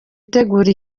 itegura